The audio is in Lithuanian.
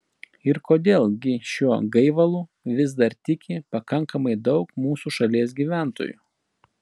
ir kodėl gi šiuo gaivalu vis dar tiki pakankamai daug mūsų šalies gyventojų